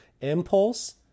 impulse